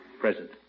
Present